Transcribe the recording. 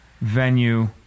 venue